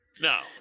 No